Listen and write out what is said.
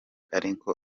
ariko